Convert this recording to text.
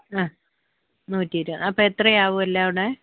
ആ നൂറ്റി ഇരുപത് അപ്പം എത്രയാവും എല്ലാം കൂടെ